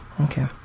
Okay